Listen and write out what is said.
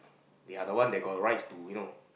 the other one they got the rights to you know